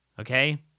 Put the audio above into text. Okay